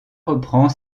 reprend